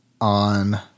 on